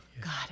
God